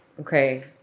okay